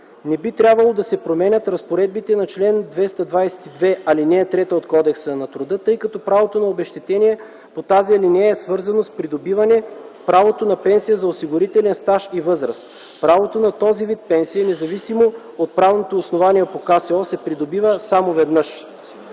Не би трябвало да се променя разпоредбата на чл. 222, ал. 3 от Кодекса на труда, тъй като правото на обезщетение по тази алинея е свързано с придобиване правото на пенсия за осигурителен стаж и възраст. Правото на този вид пенсия, независимо от правното основание по Кодекса за социално